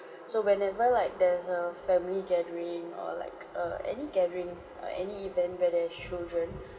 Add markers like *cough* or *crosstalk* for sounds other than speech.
*breath* so whenever like there's a family gathering or like err any gathering uh any event where there's children *breath*